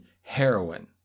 heroin